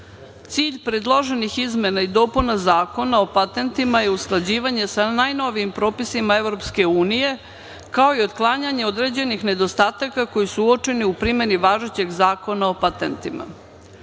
predloženih izmena i dopuna Zakona o patentima je usklađivanje sa najnovijim propisima EU, kao i otklanjanje određenih nedostataka koji su uočeni u primeni važećeg Zakona o